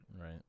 Right